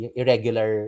irregular